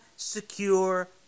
secure